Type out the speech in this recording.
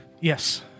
Yes